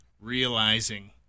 realizing